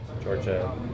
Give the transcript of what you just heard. Georgia